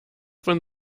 von